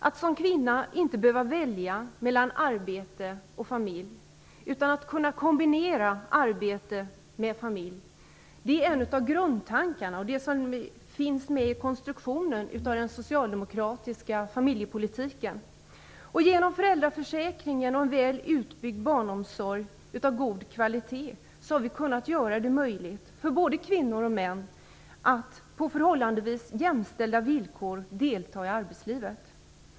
Att som kvinna inte behöva välja mellan arbete och familj, utan att kunna kombinera arbete med familj, det är en av grundtankarna och finns med i konstruktionen av den socialdemokratiska familjepolitiken. Genom föräldraförsäkringen och en väl utbyggd barnomsorg av god kvalitet har vi kunnat göra det möjligt för både kvinnor och män att på förhållandevis jämställda villkor delta i arbetslivet.